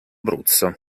abruzzo